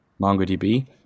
MongoDB